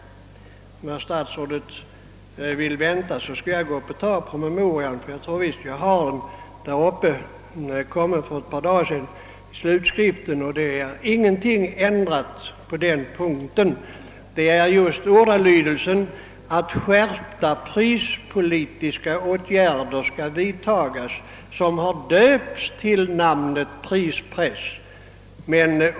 Om herr statsrådet vill vänta skall jag gärna gå upp i min bänk och hämta promemorian. Slutskriften kom för ett par dagar sedan, och där har ingen ändring gjorts på denna punkt. Det är just uttrycket att ökade prispolitiska åtgärder skall vidtagas som givit upphov till beteckningen »prispress».